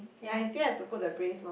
ya he still have to put the brace loh